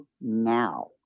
now